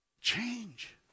Change